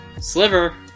Sliver